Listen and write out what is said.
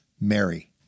Mary